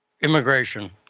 immigration